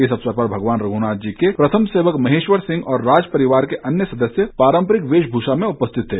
इस अवसर पर भगवान रघुनाथ जी के प्रथम सेवक महेश्वर सिंह और राज परिवार के अन्य सदस्य पारम्परिक वेशभूषा में उपस्थित थे